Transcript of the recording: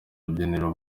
urubyiniro